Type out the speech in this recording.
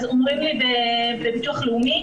אז אומרים לי בביטוח לאומי,